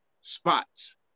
spots